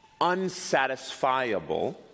unsatisfiable